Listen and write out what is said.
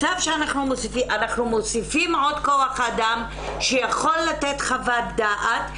אנחנו מוסיפים עוד כוח אדם שיכול לתת חוות דעת,